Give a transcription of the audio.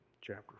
Chapter